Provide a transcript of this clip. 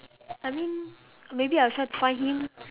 I mean maybe I will try to find him